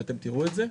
ואתם תראו את זה.